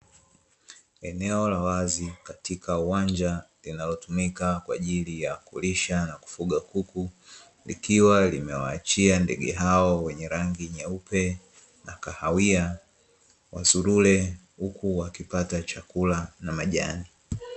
Eneo la wazi katika uwanja, linalotumika kwa ajili ya kulisha na kufuga kuku, likiwa limewaachia ndege hao wenye rangi nyeupe na kahawia wazurure, huku wakipata chakula na majani.